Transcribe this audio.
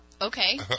Okay